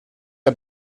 are